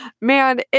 man